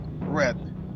Red